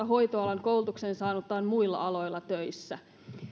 hoitoalan koulutuksen saanutta on muilla aloilla töissä